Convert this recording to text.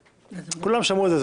כולם שמעו את זה.